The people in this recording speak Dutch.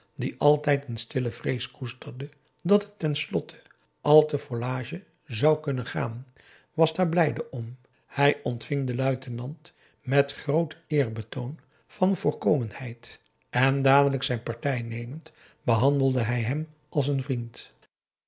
die altijd een stille vrees koesterde dat het ten slotte al te volage zou kunnen toegaan was daar blijde om hij ontving den luitenant met groot betoon van voorkomendheid en dadelijk zijn partij nemend behandelde hij hem als een vriend